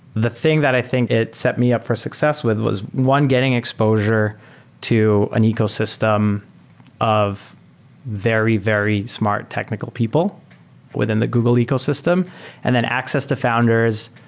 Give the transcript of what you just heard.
the thing that i think it set me up for success with was, one, getting exposure to an ecosystem of very, very smart, technical people within the google ecosystem and then access to founders,